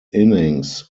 innings